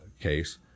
case